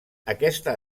aquesta